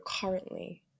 currently